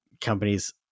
companies